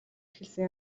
эхэлсэн